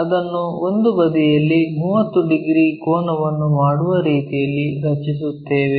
ಅದನ್ನು ಒಂದು ಬದಿಯಲ್ಲಿ 30 ಡಿಗ್ರಿ ಕೋನವನ್ನು ಮಾಡುವ ರೀತಿಯಲ್ಲಿ ರಚಿಸುತ್ತೇವೆ